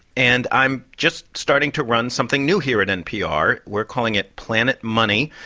and i'm just starting to run something new here at npr. we're calling it planet money.